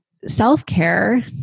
Self-care